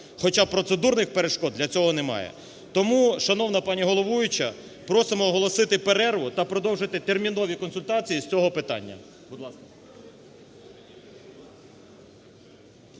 хоча процедурних перешкод для цього немає. Тому, шановна пані головуюча, просимо оголосити перерву та продовжити термінові консультації з цього питання.